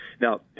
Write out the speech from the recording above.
Now